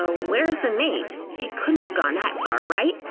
ah where's the mate? it couldn't have gone that far, right?